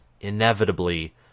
inevitably